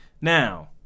Now